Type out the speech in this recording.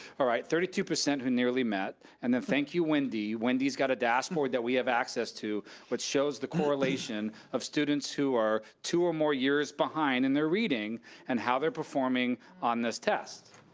alright, thirty two percent who nearly met, and then thank you, wendy, wendy's got a dashboard that we have access to which shows the correlation of students who are two or more years behind in their reading and how they're performing on this test.